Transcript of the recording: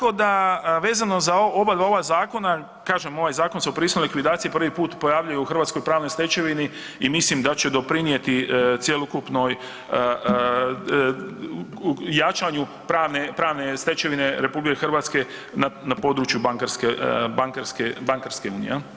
Tako da vezano za oba dva ova zakona, kažem ovaj zakon se u prisilnoj likvidaciji prvi put pojavljuje u hrvatskoj pravnoj stečevini i mislim da će doprinijeti cjelokupnoj jačanju pravne stečevine RH na području bankarske, bankarske unije jel.